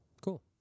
Cool